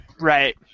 Right